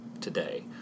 today